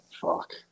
fuck